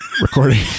recording